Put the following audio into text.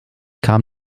kam